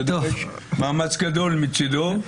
זה דורש מאמץ גדול מצדו,